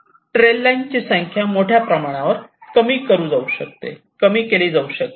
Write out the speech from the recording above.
trail line संख्या मोठ्या प्रमाणात कमी केली जाऊ शकते